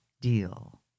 deal